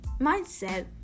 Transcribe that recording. mindset